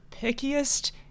pickiest